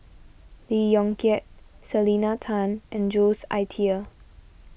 Lee Yong Kiat Selena Tan and Jules Itier